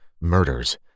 murders